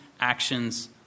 actions